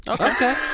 okay